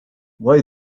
why